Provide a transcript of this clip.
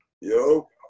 Yo